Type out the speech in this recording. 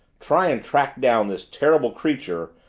try and track down this terrible creature,